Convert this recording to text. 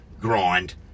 grind